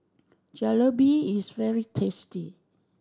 jalebi is very tasty